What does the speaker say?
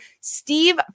Steve